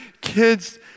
kids